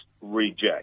reject